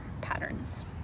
patterns